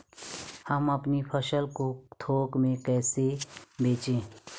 हम अपनी फसल को थोक में कैसे बेचें?